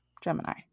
Gemini